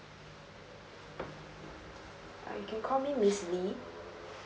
ah you can call me miss lee